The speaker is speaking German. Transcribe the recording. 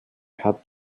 hat